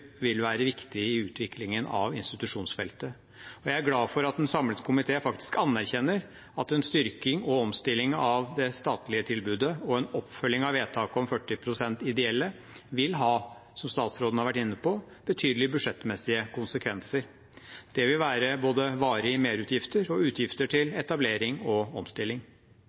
vil være viktige i utviklingen av institusjonsfeltet. Jeg er glad for at en samlet komité faktisk anerkjenner at en styrking og omstilling av det statlige tilbudet og en oppfølging av vedtaket om 40 pst. ideelle vil ha – som statsråden har vært inne på – betydelige budsjettmessige konsekvenser. Det vil være både varige merutgifter og utgifter til etablering og omstilling.